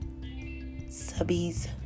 subbies